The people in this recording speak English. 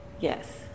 Yes